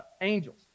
angels